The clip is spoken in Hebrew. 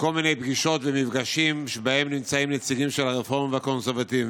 מכל מיני פגישות ומפגשים שבהם נמצאים נציגים של הרפורמים והקונסרבטיבים,